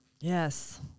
Yes